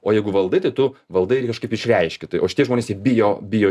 o jeigu valdai tai tu valdai ir jį kažkaip išreiški tai o šitie žmonės bijo bijo